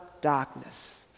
Darkness